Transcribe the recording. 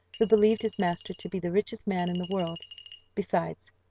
who believed his master to be the richest man in the world besides,